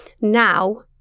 now